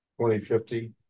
2050